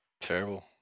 Terrible